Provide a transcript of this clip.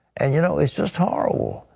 and you know it's just horrible.